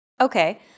Okay